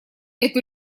эту